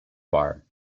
bar